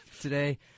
today